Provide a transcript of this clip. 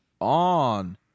on